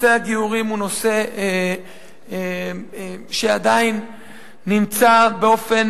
נושא הגיורים הוא נושא שעדיין נמצא באופן